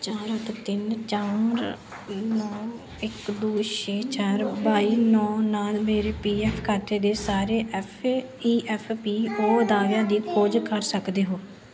ਚਾਰ ਅੱਠ ਤਿੰਨ ਚਾਰ ਨੌ ਇੱਕ ਦੋ ਛੇ ਚਾਰ ਬਾਈ ਨੌ ਨਾਲ ਮੇਰੇ ਪੀ ਐੱਫ ਖਾਤੇ ਦੇ ਸਾਰੇ F A E F P O ਦਾਅਵਿਆਂ ਦੀ ਖੋਜ ਕਰ ਸਕਦੇ ਹੋ